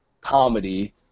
comedy